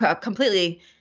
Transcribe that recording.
completely